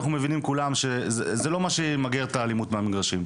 אנחנו מבינים כולם שזה לא מה שימגר את האלימות במגרשים.